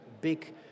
big